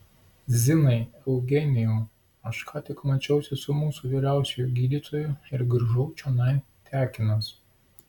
zinai eugenijau aš ką tik mačiausi su mūsų vyriausiuoju gydytoju ir grįžau čionai tekinas